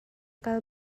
kal